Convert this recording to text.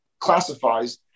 classifies